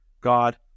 God